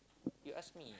you ask me